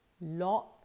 lot